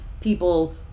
people